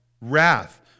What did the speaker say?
wrath